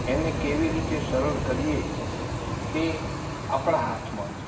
એને કેવી રીતે સરળ કરીએ તે આપણા હાથમાં છે